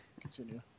continue